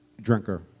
Drinker